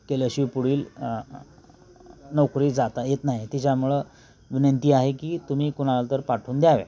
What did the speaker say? केल्याशिवाय पुढील नोकरीस जाता येत नाही तिच्यामुळं विनंती आहे की तुम्ही कुणाला तर पाठवून द्यावे